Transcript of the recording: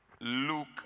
Luke